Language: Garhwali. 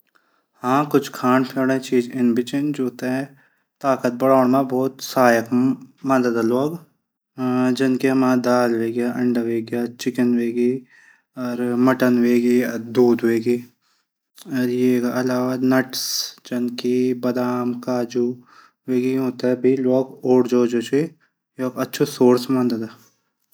हाँ कुछ खाण पीणा चीज इन भी छन जुंथई ताकत बढोण मा सहायक मंदद लोग जनकी दाल हवेग्याई अंडा हवेग्या चिकन हवेग्या मटन हवेग्या दूध वहगेया ये अलावा नटस बदाम काजु यू थै भी लोग ऊर्जा वजह से अछू श्रोरस मदंदा।